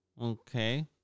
Okay